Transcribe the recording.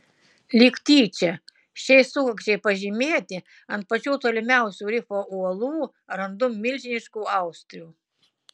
lyg tyčia šiai sukakčiai pažymėti ant pačių tolimiausių rifo uolų randu milžiniškų austrių